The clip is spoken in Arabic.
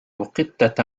قطة